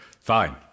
Fine